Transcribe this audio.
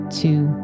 two